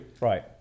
Right